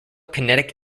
kinetic